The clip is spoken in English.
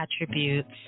attributes